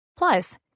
Plus